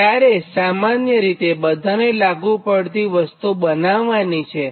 તમારે સામાન્ય રીતે બધાને લાગુ પડતી વસ્તુ બનાવ્વાની છે